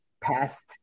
past